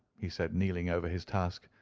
he said, kneeling over his task,